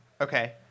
okay